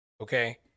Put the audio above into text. Okay